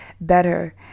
better